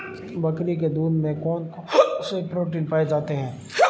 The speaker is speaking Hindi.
बकरी के दूध में कौन कौनसे प्रोटीन पाए जाते हैं?